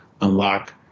unlock